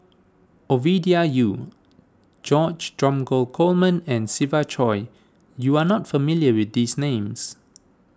Ovidia Yu George Dromgold Coleman and Siva Choy you are not familiar with these names